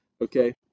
Okay